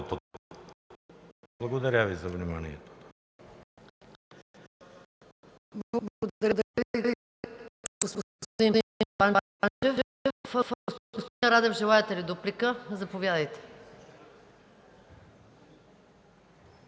Благодаря Ви за вниманието.